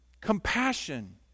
Compassion